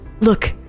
Look